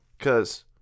Cause